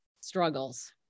struggles